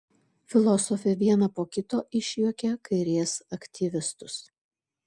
filosofė vieną po kito išjuokė kairės aktyvistus